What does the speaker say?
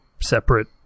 separate